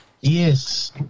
Yes